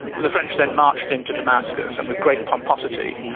the french then marched into damascus and with great pomposity,